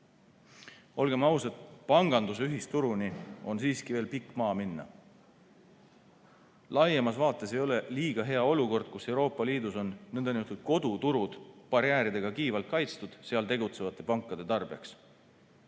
Olgem ausad, panganduse ühisturuni on siiski veel pikk maa minna. Laiemas vaates ei ole liiga hea olukord, kus Euroopa Liidus on nn koduturud barjääridega kiivalt kaitstud seal tegutsevate pankade tarbeks.